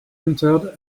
entered